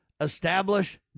establish